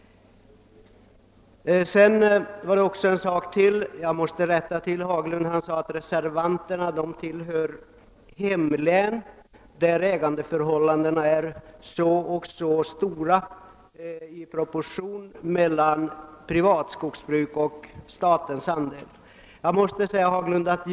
Jag måste rätta till ytterligare en uppgift av herr Haglund. Han sade att reservanterna tillhör län där proportionen mellan privatskogsbruket och statens andel av ägandet är så och så stor.